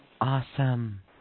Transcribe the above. awesome